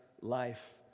life